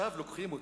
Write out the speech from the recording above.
עכשיו לוקחים אותי,